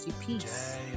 peace